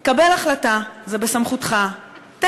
תקבל החלטה, זה בסמכותך.